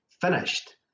finished